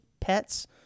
pets